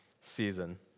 season